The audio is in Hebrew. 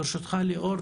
ליאור,